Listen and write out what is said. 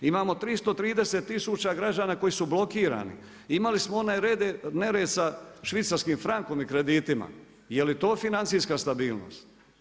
Imamo 330 tisuća građana koji su blokirani, imali smo onaj nered sa švicarskim frankom i kreditima, je li to financijska stabilnost?